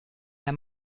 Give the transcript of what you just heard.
der